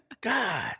God